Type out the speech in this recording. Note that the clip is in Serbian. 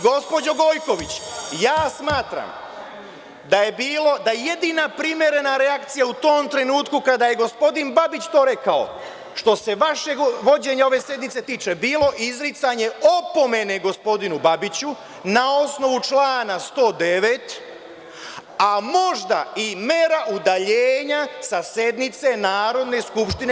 Gospođo Gojković, smatram da je jedina primerena reakcija u tom trenutku, kada je gospodin Babić to rekao, što se vašeg vođenja ove sednice tiče, bilo izricanje opomene gospodinu Babiću na osnovu člana 109, a možda i mera udaljenja sa sednice Narodne skupštine.